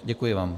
Děkuji vám.